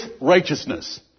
righteousness